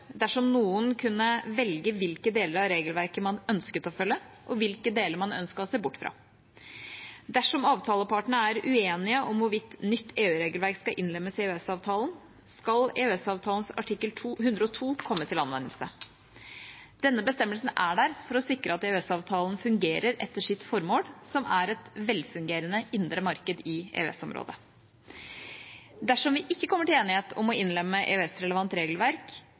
dersom noen kunne velge hvilke deler av regelverket man ønsket å følge, og hvilke deler man ønsket å se bort fra. Dersom avtalepartene er uenige om hvorvidt nytt EU-regelverk skal innlemmes i EØS-avtalen, skal EØS-avtalens artikkel 102 komme til anvendelse. Denne bestemmelsen er der for å sikre at EØS-avtalen fungerer etter sitt formål, som er et velfungerende indre marked i EØS-området. Dersom vi ikke kommer til enighet om å innlemme EØS-relevant regelverk,